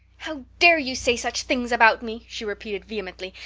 how dare you say such things about me? she repeated vehemently.